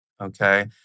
okay